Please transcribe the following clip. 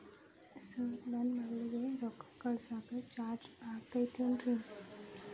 Sir ನನ್ನ ಮಗಳಗಿ ರೊಕ್ಕ ಕಳಿಸಾಕ್ ಚಾರ್ಜ್ ಆಗತೈತೇನ್ರಿ?